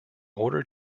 order